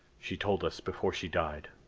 she told us before she died.